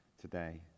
today